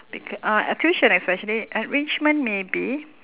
becau~ uh tuition especially enrichment maybe